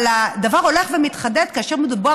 אבל הדבר הולך ומתחדד כאשר מדובר